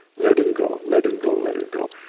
letting go letting go, letting go,